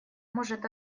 может